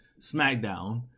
SmackDown